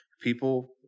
People